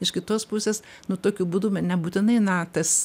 iš kitos pusės nu tokiu būdu nebūtinai na tas